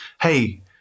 hey